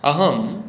अहम्